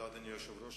תודה, אדוני היושב-ראש.